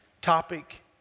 topic